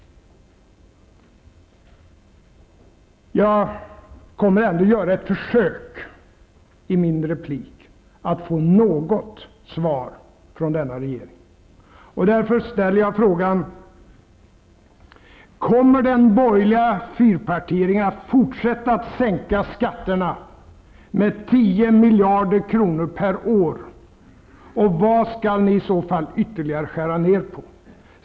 Jag kommer ändå att i min replik göra ett försök att få något svar från denna regering. Därför frågar jag: Kommer den borgerliga fyrpartiregeringen att fortsätta att sänka skatterna med 10 miljarder kronor per år? Och vad skall ni i så fall ytterligare skära ned på?